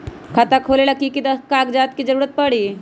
खाता खोले ला कि कि कागजात के जरूरत परी?